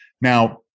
now